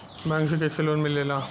Bank से कइसे loan मिलेला?